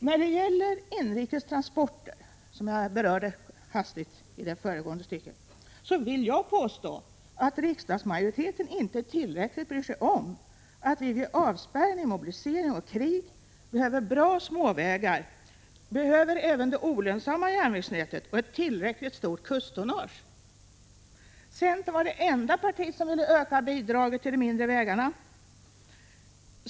När det gäller inrikes transporter, som jag berörde hastigt nyss, vill jag påstå att riksdagsmajoriteten inte tillräckligt bryr sig om att vi vid avspärrning, mobilisering och krig behöver bra småvägar, behöver även det olönsamma järnvägsnätet och behöver ett tillräckligt stort kusttonnage. Centern var det enda parti som ville öka bidraget till de mindre vägarna.